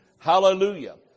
Hallelujah